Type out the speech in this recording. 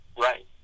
right